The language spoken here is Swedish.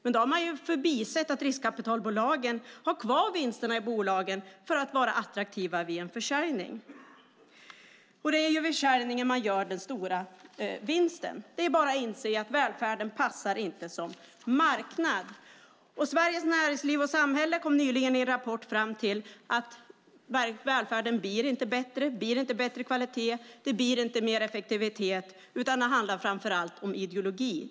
Då har man dock förbisett att riskkapitalbolagen har kvar vinsterna i bolagen för att vara attraktiva vid en försäljning. Det är vid försäljningen man gör den stora vinsten. Det är bara att inse att välfärden inte passar som marknad. Sveriges Näringsliv och Samhälle kom nyligen i en rapport fram till att välfärden inte blir bättre. Det blir inte bättre kvalitet, och det blir inte mer effektivitet. Det handlar i stället framför allt om ideologi.